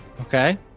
Okay